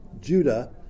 Judah